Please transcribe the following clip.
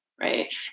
Right